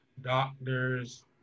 doctors